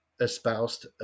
espoused